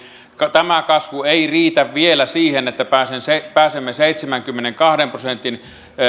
tämä kasvu ei riitä vielä siihen että pääsemme seitsemänkymmenenkahden prosentin